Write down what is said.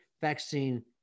vaccine